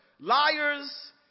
liars